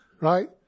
Right